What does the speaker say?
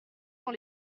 dans